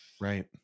right